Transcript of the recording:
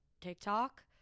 TikTok